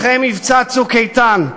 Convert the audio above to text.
אחרי מבצע "צוק איתן"